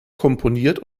komponiert